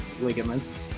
ligaments